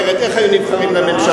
אחרת איך היו נבחרים לממשלה?